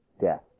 death